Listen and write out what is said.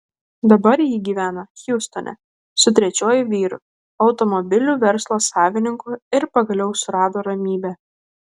dabar ji gyvena hjustone su trečiuoju vyru automobilių verslo savininku ir pagaliau surado ramybę